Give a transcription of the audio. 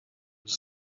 his